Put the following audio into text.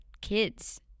kids